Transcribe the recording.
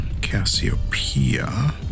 Cassiopeia